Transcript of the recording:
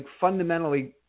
fundamentally